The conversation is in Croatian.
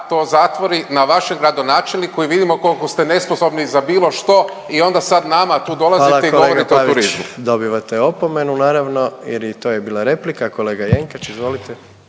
to zatvori, na vašem gradonačelniku i vidimo koliko ste nesposobni za bilo što i onda sad nama tu dolazite i govorite o turizmu. **Jandroković, Gordan (HDZ)** Hvala kolega Pavić, dobivate opomenu naravno jer i to je bila replika. Kolega Jenkač izvolite.